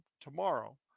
tomorrow